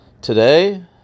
today